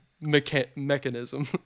mechanism